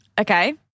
okay